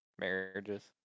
Marriages